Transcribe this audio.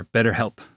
BetterHelp